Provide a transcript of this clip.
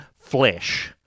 flesh